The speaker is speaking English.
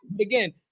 Again